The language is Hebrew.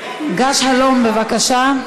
גש הלום, בבקשה,